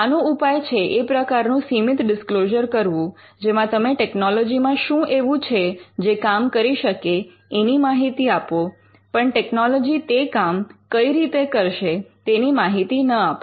આનો ઉપાય છે એ પ્રકારનું સીમિત ડિસ્ક્લોઝર કરવું જેમાં તમે ટેકનોલોજીમાં શું એવું છે જે કામ કરી શકે એની માહિતી આપો પણ ટેકનોલોજી તે કામ કઈ રીતે કરશે તેની માહિતી ન આપો